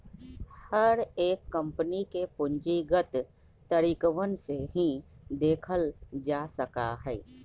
हर एक कम्पनी के पूंजीगत तरीकवन से ही देखल जा सका हई